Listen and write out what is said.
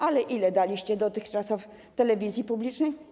Ale ile daliście dotychczas telewizji publicznej?